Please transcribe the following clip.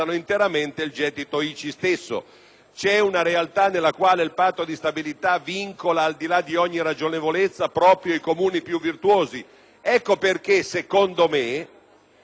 c'è una realtà nella quale il Patto di stabilità vincola al di là di ogni ragionevolezza proprio i Comuni più virtuosi. Ecco perché, secondo me, non qui al Senato